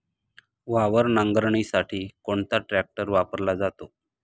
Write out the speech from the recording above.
वावर नांगरणीसाठी कोणता ट्रॅक्टर वापरला जातो?